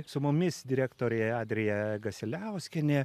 su mumis direktorė adrija gasiliauskienė